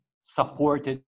supported